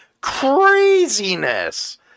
craziness